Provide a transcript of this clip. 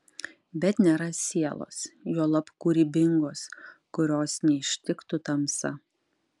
bet nėra sielos juolab kūrybingos kurios neištiktų tamsa